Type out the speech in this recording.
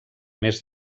més